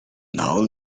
now